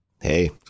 Hey